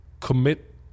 commit